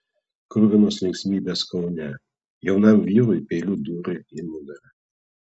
kruvinos linksmybės kaune jaunam vyrui peiliu dūrė į nugarą